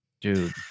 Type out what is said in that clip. Dude